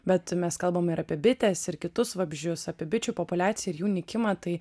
bet mes kalbam ir apie bites ir kitus vabzdžius apie bičių populiaciją ir jų nykimą tai